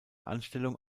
anstellung